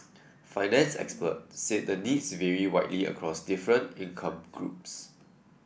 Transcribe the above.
finance experts said the needs vary widely across different income groups